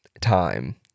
time